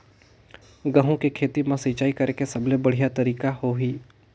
गंहू के खेती मां सिंचाई करेके सबले बढ़िया तरीका होही?